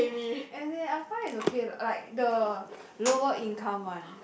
as in I find it's okay like the lower income [one]